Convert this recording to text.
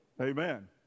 Amen